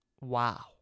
wow